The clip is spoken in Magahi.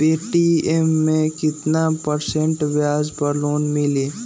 पे.टी.एम मे केतना परसेंट ब्याज पर लोन मिली?